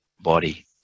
body